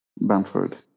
Bamford